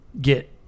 get